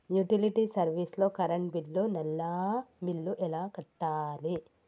Utility service లో current bill, నల్లా bill ఎలా కట్టాలి?